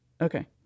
Okay